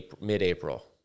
Mid-April